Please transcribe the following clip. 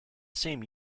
same